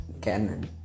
Canon